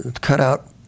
cutout